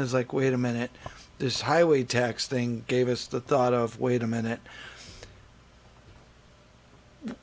is like wait a minute this highway tax thing gave us the thought of wait a minute